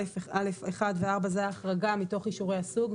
53א(1) ו-(4) זה החרגה מתוך אישורי הסוג,